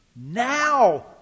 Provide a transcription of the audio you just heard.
Now